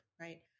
right